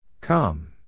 Come